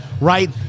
right